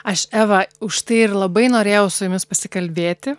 aš eva už tai ir labai norėjau su jumis pasikalbėti